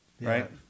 right